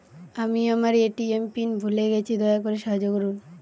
আমি আমার ATM pin ভুলে গেছি, দয়া করে সাহায্য করুন